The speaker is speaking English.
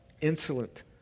insolent